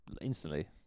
Instantly